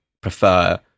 prefer